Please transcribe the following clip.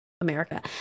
america